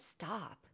stop